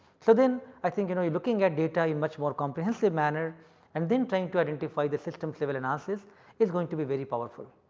so, then i think you know looking at data in much more comprehensive manner and then trying to identify the systems level analysis is going to be very powerful.